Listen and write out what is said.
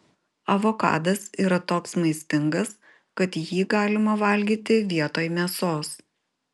avokadas yra toks maistingas kad jį galima valgyti vietoj mėsos